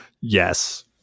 Yes